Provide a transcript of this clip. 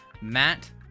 Matt